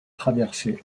traversé